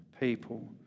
people